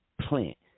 plant